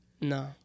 No